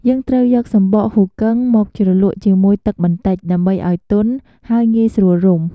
យើងត្រូវយក សំបកហ៊ូគឹង មកជ្រលក់ជាមួយទឹកបន្តិច ដើម្បីឱ្យទន់ ហើយងាយស្រួលរុំ។